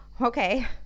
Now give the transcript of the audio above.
Okay